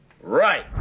Right